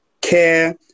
care